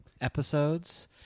episodes